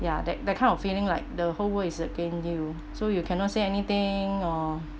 ya that that kind of feeling like the whole world is against you so you cannot say anything or